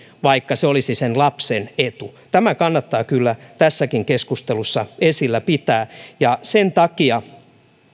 vaikka se olisi sen lapsen etu tämä kannattaa kyllä tässäkin keskustelussa esillä pitää sen takia